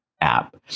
app